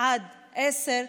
עד עשר,